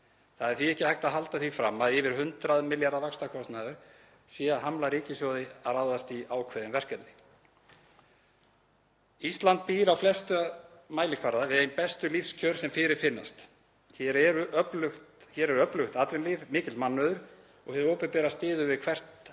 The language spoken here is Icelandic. Það er því ekki hægt að halda því fram að yfir 100 milljarða vaxtakostnaður sé að hamla ríkissjóði að ráðast í ákveðin verkefni. Ísland býr á flesta mælikvarða við ein bestu lífskjör sem fyrirfinnast. Hér er öflugt atvinnulíf, mikill mannauður og hið opinbera styður við hvort